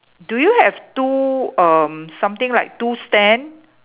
do you have two um something like two stand